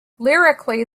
lyrically